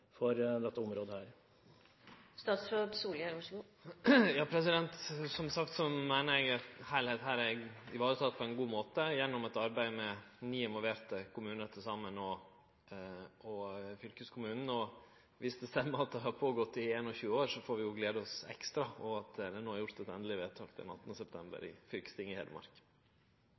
dette området. Eg meiner som sagt at heilskapen her er vareteken på ein god måte gjennom eit arbeid med til saman ni involverte kommunar og fylkeskommunen, og dersom det er rett at dette har pågått i 21 år, får vi glede oss ekstra over at det no er gjort eit endeleg vedtak i fylkestinget i Hedmark